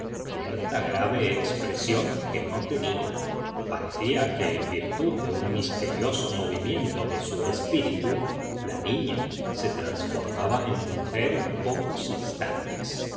cierta grave expresión que no tenía parecía que en virtud de un misterioso movimiento de su espíritu la niña se transformaba en mujer en pocos instantes